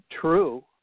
true